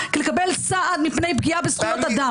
כדי לקבל סעד מפני פגיעה בזכויות אדם.